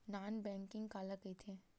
Non banking काला कइथे?